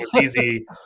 easy